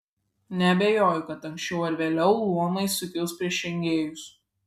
neabejoju kad anksčiau ar vėliau luomai sukils prieš engėjus